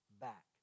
back